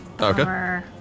Okay